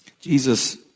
Jesus